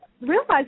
realize